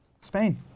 Spain